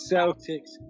Celtics